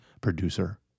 Producer